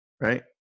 right